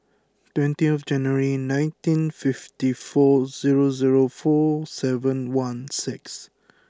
twenty January nineteen fifty four zero zero four seven one six